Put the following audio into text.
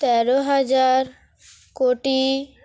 তেরো হাজার কোটি